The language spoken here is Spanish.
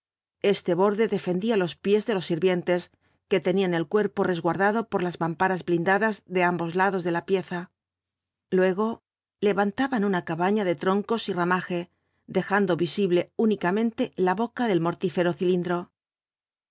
este borde defendía los pies de los sirvientes que tenían el cuerpo resguardado por las mamparas blindadas de ambos lados de la pieza luego levantaban una cabana de troncos y ramaje dejando visible únicamente la boca del mortífero cilindro